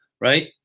Right